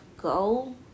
go